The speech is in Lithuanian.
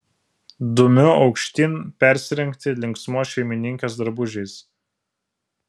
dumiu aukštyn persirengti linksmos šeimininkės drabužiais